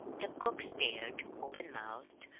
the cook stared, open-mouthed,